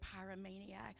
pyromaniac